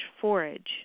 forage